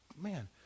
man